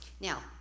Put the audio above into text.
Now